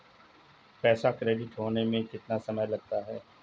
पैसा क्रेडिट होने में कितना समय लगता है?